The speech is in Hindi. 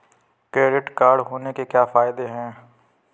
क्रेडिट कार्ड होने के क्या फायदे हैं?